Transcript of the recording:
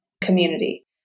community